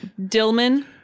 Dillman